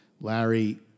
Larry